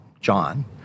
John